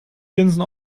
linsen